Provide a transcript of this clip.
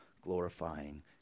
glorifying